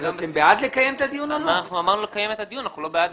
אתם בעד לקיים את הדיון או לא?